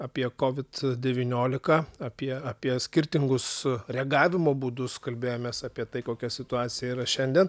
apie covid devyniolika apie apie skirtingus reagavimo būdus kalbėjomės apie tai kokia situacija yra šiandien